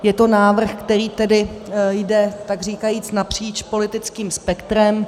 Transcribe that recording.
Je to návrh, který tedy jde takříkajíc napříč politickým spektrem.